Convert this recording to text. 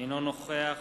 אינו נוכח